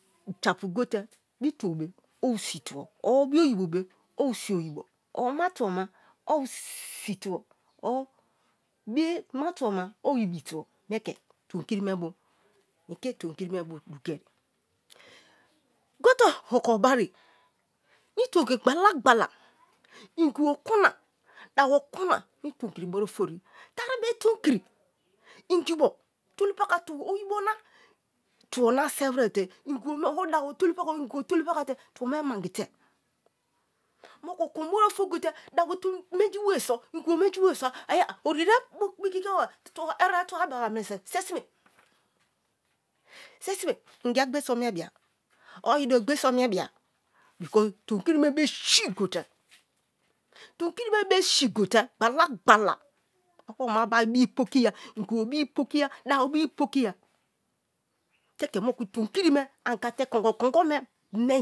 Japu gote bituo be owu situo or bio oyibo be be owu sioyibo or ma tubo ma owu sii tuo or ma tubo ma owu ibi tubo me ke tom kri me bu dikie gote oko bariye mi tomkri gbala gbala ingibo kun na dabo kun na tomkri bari ofri tari be tonkiri mgibo tolu paka te oyibo na tubo na sewite te or dabo tulu patia or ingibo tolu paka te tubo me manji te moku kun bari ofri gote dabo menji bio so ingibo menji bio so ori te bu kikia ba eribo tubo a beba muno so se sumie se sime ingi agberioso mie bia or ida ogbaiso miibia becauŝe tomkri me be si gote tomkiri me be si gote gbala gbala awoma bai bi pokiya ingibo bi pokiya dabo bi pokiya te ke moku tomkiri me anga te kongo kongo me menji.